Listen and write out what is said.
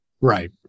Right